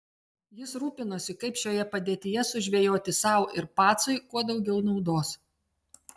jis rūpinosi kaip šioje padėtyje sužvejoti sau ir pacui kuo daugiau naudos